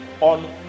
on